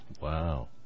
Wow